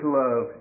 love